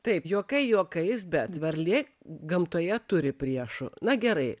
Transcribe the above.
taip juokai juokais bet varlė gamtoje turi priešų na gerai